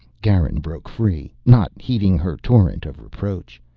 garin broke free, not heeding her torrent of reproach.